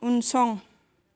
उनसं